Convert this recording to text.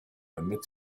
damit